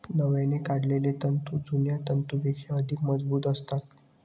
नव्याने काढलेले तंतू जुन्या तंतूंपेक्षा अधिक मजबूत असतात